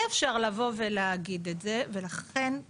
אפשר היה לקחת את הדברים ולהעתיק את